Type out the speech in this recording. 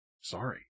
sorry